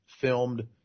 filmed